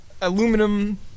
aluminum